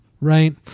right